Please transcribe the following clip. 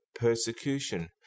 Persecution